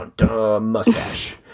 mustache